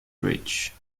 rich